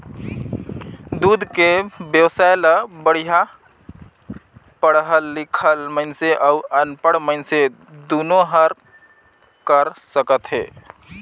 दूद के बेवसाय ल बड़िहा पड़हल लिखल मइनसे अउ अनपढ़ मइनसे दुनो हर कर सकथे